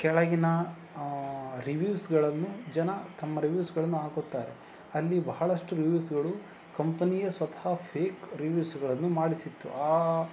ಕೆಳಗಿನ ಹಾಂ ರಿವಿವ್ಸ್ಗಳನ್ನು ಜನ ತಮ್ಮ ರಿವಿವ್ಸ್ಗಳನ್ನು ಹಾಕುತ್ತಾರೆ ಅಲ್ಲಿ ಬಹಳಷ್ಟು ರಿವಿವ್ಸ್ಗಳು ಕಂಪನಿಯ ಸ್ವತಃ ಫೇಕ್ ರಿವಿವ್ಸ್ಗಳನ್ನು ಮಾಡಿಸಿತ್ತು ಆ